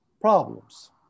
problems